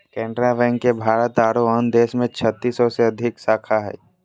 Canara bank के भारत आरो अन्य देश में छत्तीस सौ से अधिक शाखा हइ